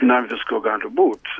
na visko gali būt